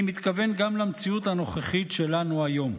אני מתכוון גם למציאות הנוכחית שלנו היום.